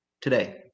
today